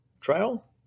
trial